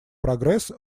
прогресс